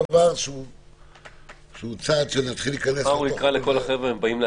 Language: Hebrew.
הוא יקרא לכל החבר'ה, הם באים להצביע.